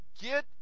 Get